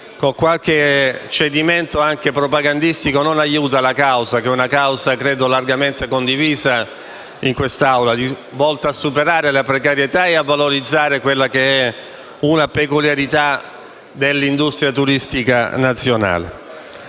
qualche cedimento anche propagandistico, non aiuta una causa credo largamente condivisa in quest'Assemblea, volta a superare la precarietà e a valorizzare una peculiarità dell'industria turistica nazionale.